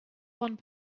one